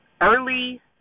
early